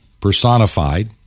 personified